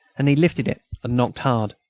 and he lifted it and knocked hard.